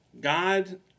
God